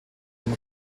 dem